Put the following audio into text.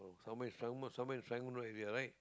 somewhere some~ Ser~ somewhere to Serangoon Road area right